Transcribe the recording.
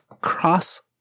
cross